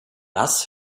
das